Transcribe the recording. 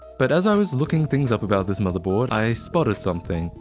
but as i was looking things up about this motherboard, i spotted something.